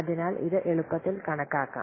അതിനാൽ ഇത് എളുപ്പത്തിൽ കണക്കാക്കാം